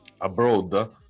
abroad